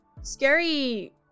scary